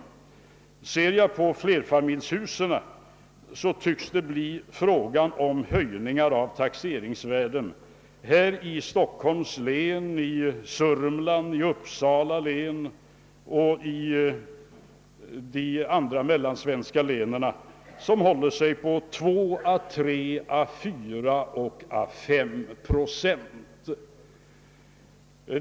Beträffande flerfamiljshusen tycks det bli fråga om-höjningar av taxeringsvärdena här i Stockhölms län, Södermanlands län, Uppsala län och de andra mellansvenska länen med: 2,.3, 4 eller 5 procent.